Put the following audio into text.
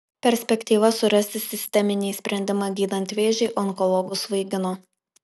perspektyva surasti sisteminį sprendimą gydant vėžį onkologus svaigino